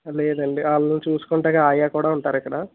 లేదండి వాళ్ళని చూసుకొనటానికి ఆయా కూడా ఉంటారు ఇక్కడ